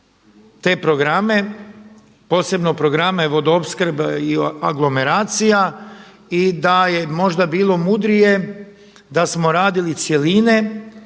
te programe posebno programe vodoopskrbe i aglomeracija i da je moda bilo mudrije da smo radili cjeline,